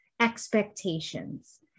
expectations